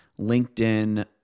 LinkedIn